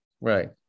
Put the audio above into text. Right